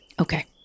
Okay